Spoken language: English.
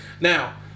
Now